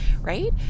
right